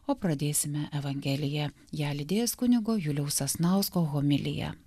o pradėsime evangeliją ją lydės kunigo juliaus sasnausko homilija